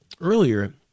earlier